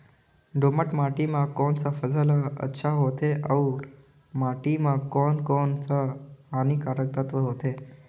दोमट माटी मां कोन सा फसल ह अच्छा होथे अउर माटी म कोन कोन स हानिकारक तत्व होथे?